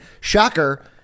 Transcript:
shocker